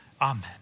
Amen